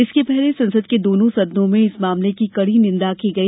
इसके पहले संसद के दोनों सदनों में इस मामले की कड़ी निन्दा की गई